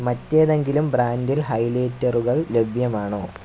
മറ്റേതെങ്കിലും ബ്രാൻഡിൽ ഹൈലൈറ്ററുകൾ ലഭ്യമാണോ